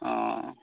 অ'